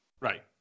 Right